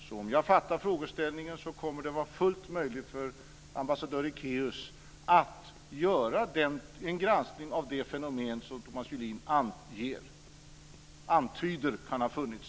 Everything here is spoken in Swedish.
Som jag uppfattar frågeställningen kommer det att vara fullt möjligt för ambassadör Ekéus att göra en granskning av det fenomen som Thomas Julin antyder kan ha funnits.